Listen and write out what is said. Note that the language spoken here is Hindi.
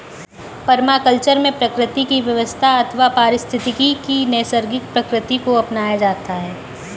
परमाकल्चर में प्रकृति की व्यवस्था अथवा पारिस्थितिकी की नैसर्गिक प्रकृति को अपनाया जाता है